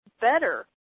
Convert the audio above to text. better